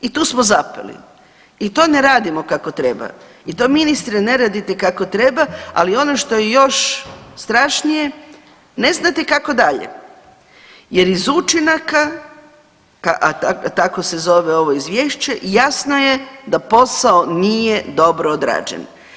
I tu smo zapeli i to ne radimo kako treba i to ministre ne radite kako treba, ali ono što je još strašnije ne znate kako dalje jer iz učinaka, a tako se zove ovo izvješće jasno je da posao nije dobro odrađen.